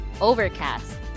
Overcast